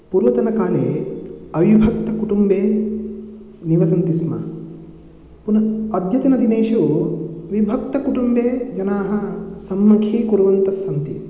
पूर्वतनकाले अविभक्तकुटुम्बे निवसन्ति स्म पुनः अद्यतनदिनेषु विभक्तकुटुम्बे जनाः सम्मुखीकुर्वन्तः सन्ति